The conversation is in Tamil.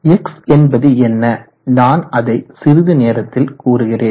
X என்பது என்ன நான் அதை சிறிது நேரத்தில் கூறுகிறேன்